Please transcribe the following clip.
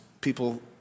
People